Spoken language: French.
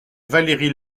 valery